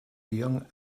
young